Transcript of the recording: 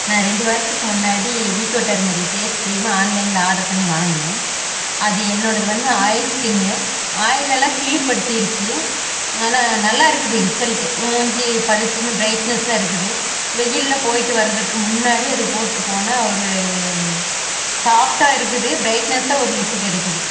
நான் ரெண்டு வாரத்துக்கு முன்னாடி வீக்கோ டர்மரி ஃபேஸ் க்ரீம் ஆன்லைனில் ஆர்டர் பண்ணி வாங்கினேன் அது என்னோடது வந்து ஆயில் ஸ்கின் ஆயில் எல்லாம் க்ளியர் படுத்திடுச்சி ஆனால் நல்லாயிருக்குது ரிசல்ட் மூஞ்சி பளிச்சின்னு பிரைட்னஸ்சாயிருக்குது வெயிலில் போய்ட்டு வருதுக்கு முன்னாடி அது போட்டு போனால் ஒரு சாஃப்டாயிருக்குது பிரைட்னஸ்சாக ஒரு லுக் கிடக்கிது